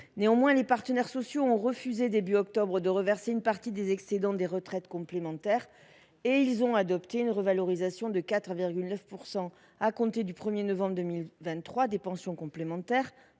temps, les partenaires sociaux ont refusé, au début d’octobre, de reverser une partie des excédents des retraites complémentaires au régime général en adoptant une revalorisation de 4,9 % à compter du 1 novembre 2023 des pensions complémentaires